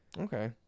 Okay